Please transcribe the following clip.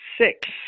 six